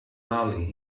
bali